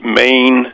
main